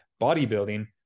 bodybuilding